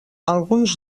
alguns